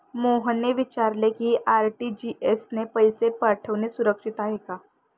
मोहनने विचारले की आर.टी.जी.एस ने पैसे पाठवणे सुरक्षित आहे का?